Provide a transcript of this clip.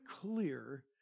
clear